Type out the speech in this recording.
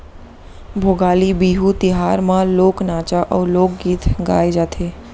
भोगाली बिहू तिहार म लोक नाचा अउ लोकगीत गाए जाथे